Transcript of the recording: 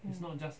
oh